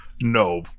No